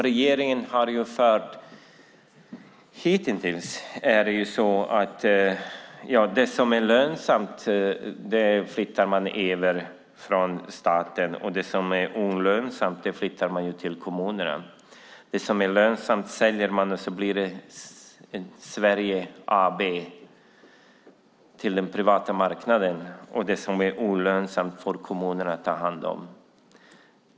Regeringen har hittills fört en politik där man säljer det som är lönsamt för staten och flyttar över det som är olönsamt till kommunerna. Det som är lönsamt säljs, och Sverige AB blir privat. Det som är olönsamt får kommunerna ta hand om.